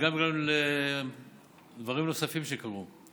וגם בגלל דברים נוספים שקרו.